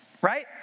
right